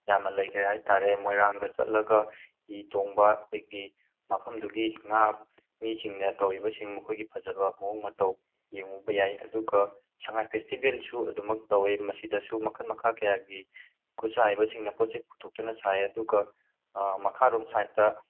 ꯌꯥꯝꯅ ꯂꯩꯈ꯭ꯔꯦ ꯍꯥꯏꯇꯥꯔꯦ ꯃꯣꯏꯔꯥꯡꯗ ꯆꯠꯂꯒ ꯍꯤ ꯇꯣꯡꯕ ꯑꯩꯈꯣꯏꯒꯤ ꯃꯐꯝꯗꯨꯒꯤ ꯉꯥ ꯃꯤꯁꯤꯡꯅ ꯇꯧꯔꯤꯕꯁꯤꯡ ꯃꯈꯣꯏꯒꯤ ꯐꯖꯕ ꯃꯑꯣꯡ ꯃꯇꯧ ꯌꯦꯡꯉꯨꯕ ꯌꯥꯏ ꯑꯗꯨꯒ ꯁꯉꯥꯏ ꯐꯦꯁꯇꯤꯚꯦꯜꯁꯨ ꯑꯗꯨꯃꯛ ꯇꯧꯋꯦ ꯃꯁꯤꯗꯁꯨ ꯃꯈꯜ ꯃꯈꯥ ꯀꯌꯥꯒꯤ ꯈꯨꯠꯁꯥ ꯍꯩꯕꯁꯤꯡꯅ ꯄꯣꯠꯆꯩ ꯄꯨꯊꯣꯛꯇꯨꯅ ꯁꯥꯏ ꯑꯗꯨꯒ ꯃꯈꯥꯔꯣꯝ ꯁꯥꯏꯗꯇ